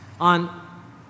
on